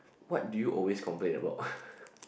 what do you always complain about